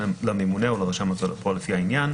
לממונה או לרשם ההוצאה לפועל לפי העניין,